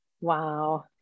Wow